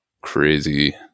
crazy